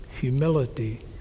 humility